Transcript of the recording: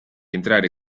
entrare